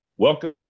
Welcome